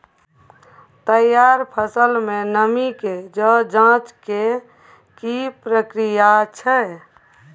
तैयार फसल में नमी के ज जॉंच के की प्रक्रिया छै?